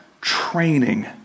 training